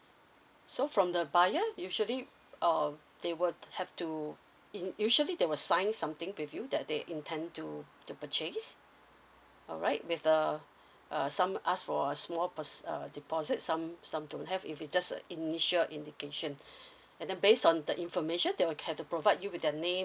so from the buyer usually uh they will have to in usually they will sign something with you that they intend to to purchase alright with the uh some ask for a small pur~ uh deposit some some don't have if it just initial indication and then based on the information they will have to provide you with their name